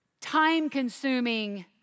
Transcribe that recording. time-consuming